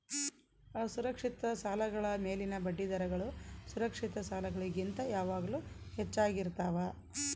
ಅಸುರಕ್ಷಿತ ಸಾಲಗಳ ಮೇಲಿನ ಬಡ್ಡಿದರಗಳು ಸುರಕ್ಷಿತ ಸಾಲಗಳಿಗಿಂತ ಯಾವಾಗಲೂ ಹೆಚ್ಚಾಗಿರ್ತವ